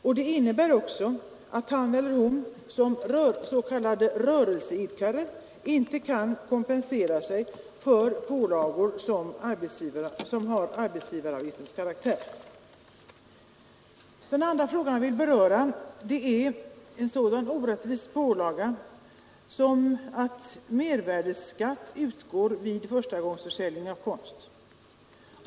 Och det innebär också att han eller hon som ”rörelseidkare” inte kan kompensera sig för pålagor av arbetsgivaravgiftens karaktär. Den andra fråga jag vill beröra är den orättvisa som det innebär att mervärdeskatt utgår vid förstagångsförsäljning av konst.